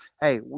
Hey